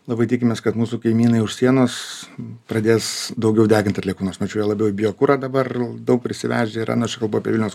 labai tikimės kad mūsų kaimynai už sienos pradės daugiau degint atliekų nors mačiau juo labiau į biokurą dabar daug prisivežę yra nu čia kalbu apie vilniaus